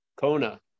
Kona